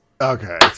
Okay